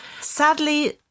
Sadly